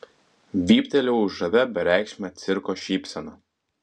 vyptelėjau žavia bereikšme cirko šypsena